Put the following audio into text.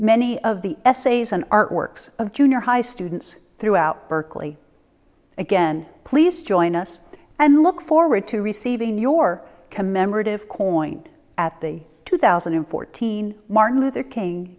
many of the essays and artworks of junior high students throughout berkeley again please join us and look forward to receiving your commemorative coins at the two thousand and fourteen martin luther king